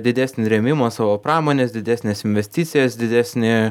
didesnį rėmimo savo pramonės didesnės investicijas didesnė